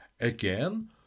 Again